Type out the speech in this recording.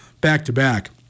back-to-back